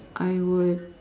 I would